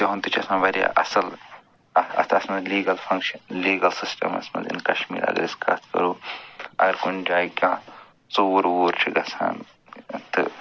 تِہُنٛد تہِ چھُ آسان وارِیاہ اَصٕل اکھ اَتھس منٛز لیٖگٕل فنٛگشن لیٖگٕل سِسٹمس منٛز اِن کشمیٖر اگر أسۍ کتھ کَرو اگر کُنہِ جاے کانٛہہ ژوٗر ووٗر چھِ گَژھان تہٕ